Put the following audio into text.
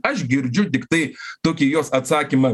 aš girdžiu tiktai tokį jos atsakymą